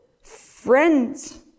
friends